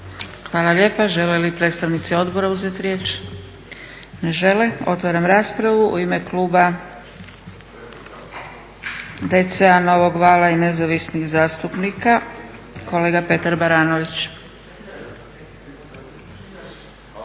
Hvala lijepa. Žele li predstavnici odbora uzeti riječ? Ne žele. Otvaram raspravu. U ime kluba DC-a, Novog Vala i Nezavisnih zastupnika, kolega Petar Baranović.